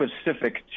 specific